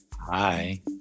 Hi